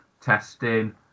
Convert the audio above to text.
testing